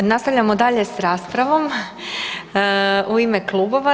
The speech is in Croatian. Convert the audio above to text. Nastavljamo dalje sa raspravom u ime klubova.